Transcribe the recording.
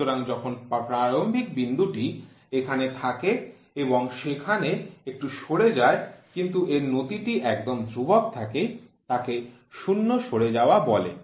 সুতরাং যখন প্রারম্ভিক বিন্দুটি এখানে থাকে এবং সেখানে একটু সরে যায় কিন্তু এর নতি টি একদম ধ্রুবক থাকে তাকে শূন্য সরে যাওয়া বলে